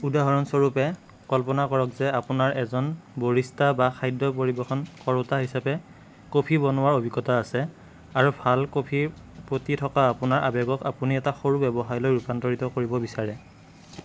উদাহৰণস্বৰূপে কল্পনা কৰক যে আপোনাৰ এজন ব'ৰিষ্টা বা খাদ্য পৰিৱেশন কৰোতা হিচাপে কফি বনোৱাৰ অভিজ্ঞতা আছে আৰু ভাল কফিৰ প্ৰতি থকা আপোনাৰ আবেগক আপুনি এটা সৰু ব্যৱসায়লৈ ৰূপান্তৰিত কৰিব বিচাৰে